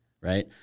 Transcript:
right